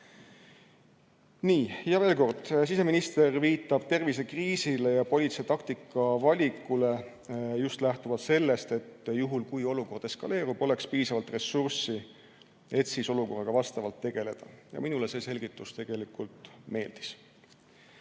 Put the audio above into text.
Veel kord, siseminister viitas tervisekriisile ja politsei taktika valikule just lähtuvalt sellest, et juhul kui olukord eskaleerub, siis oleks piisavalt ressurssi, et olukorraga tegeleda. Minule see selgitus tegelikult meeldis.